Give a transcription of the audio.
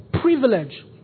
privilege